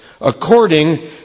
according